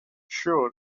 sure